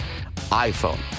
iPhone